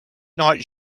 night